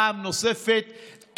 פעם נוספת,